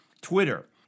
Twitter